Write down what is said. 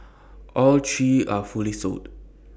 all three are fully sold